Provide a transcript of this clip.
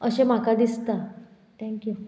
अशें म्हाका दिसता थँक्यू